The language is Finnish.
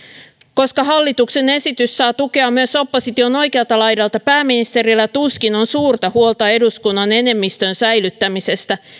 koska hallituksen esitys saa tukea myös opposition oikealta laidalta pääministerillä tuskin on suurta huolta eduskunnan enemmistön säilyttämisestä